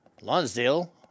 Lonsdale